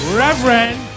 reverend